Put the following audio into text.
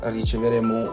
riceveremo